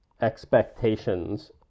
expectations